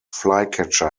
flycatcher